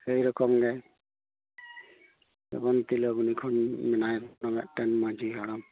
ᱥᱮᱭ ᱨᱚᱠᱚᱢ ᱜᱮ ᱡᱮᱢᱚᱱ ᱛᱤᱞᱟᱹᱵᱚᱱᱤ ᱠᱷᱚᱱ ᱢᱮᱱᱟᱭᱟ ᱢᱤᱫᱴᱮᱱ ᱢᱟᱺᱡᱷᱤ ᱦᱟᱲᱟᱢ